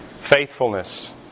faithfulness